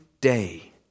day